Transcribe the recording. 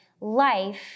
life